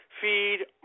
feed